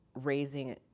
raising